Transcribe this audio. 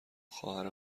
خواهر